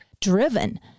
driven